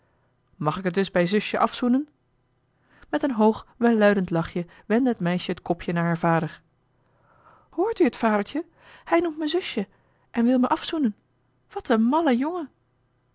mag ik het dus bij zusje afzoenen met een hoog welluidend lachje wendde het meisje het kopje naar haar vader hoort u het vadertje hij noemt me zusje en wil me afzoenen wat een malle jongen